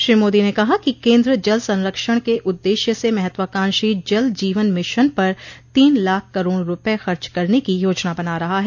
श्री मोदी ने कहा कि केन्द्र जल संरक्षण के उद्देश्य से महत्वाकांक्षी जल जीवन मिशन पर तीन लाख करोड़ रुपये खर्च करने की योजना बना रहा है